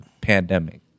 pandemic